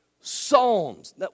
psalms